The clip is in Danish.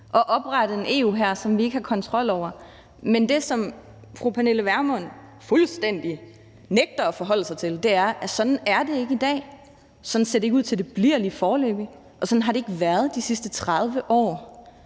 og oprette en EU-hær, som vi ikke har kontrol over. Men det, som fru Pernille Vermund fuldstændig nægter at forholde sig til, er, at sådan er det ikke i dag. Sådan ser det ikke ud til at det bliver lige foreløbigt. Og sådan har det ikke været de sidste 30 år.